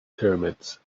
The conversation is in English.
pyramids